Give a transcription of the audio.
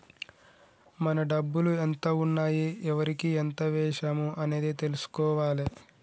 మన డబ్బులు ఎంత ఉన్నాయి ఎవరికి ఎంత వేశాము అనేది తెలుసుకోవాలే